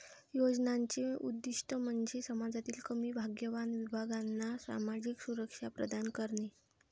योजनांचे उद्दीष्ट म्हणजे समाजातील कमी भाग्यवान विभागांना सामाजिक सुरक्षा प्रदान करणे